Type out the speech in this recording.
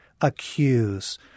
accuse